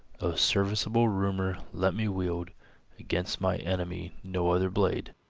o serviceable rumor, let me wield against my enemy no other blade.